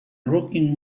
rocking